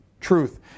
truth